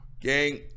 gang